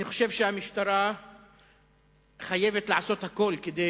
אני חושב שהמשטרה חייבת לעשות הכול כדי